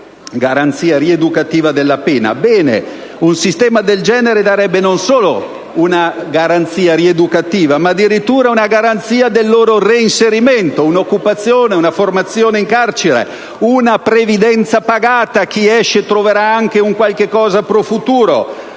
funzione rieducativa della pena; bene, un sistema del genere darebbe non solo una garanzia rieducativa, ma addirittura una garanzia del reinserimento dei detenuti. Un'occupazione, una formazione in carcere, una previdenza pagata: chi esce troverà qualcosa per il futuro,